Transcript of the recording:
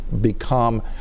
become